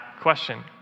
question